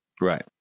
Right